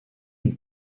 une